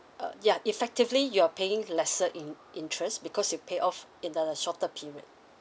uh ya effectively you are paying lesser in interest because you pay off in the the shorter period